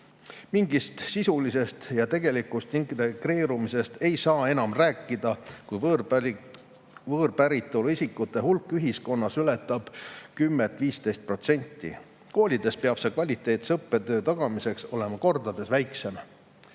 Mingist sisulisest ja tegelikust integreerumisest ei saa enam rääkida, kui võõrpäritolu isikute hulk ühiskonnas ületab 10–15%. Koolides peab see kvaliteetse õppetöö tagamiseks olema kordades väiksem.